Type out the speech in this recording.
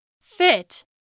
fit